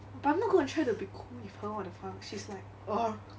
but I'm not gonna try to be cool with her what the fuck she's like ugh